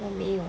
我没有